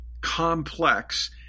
complex